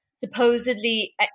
supposedly